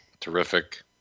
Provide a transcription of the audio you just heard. terrific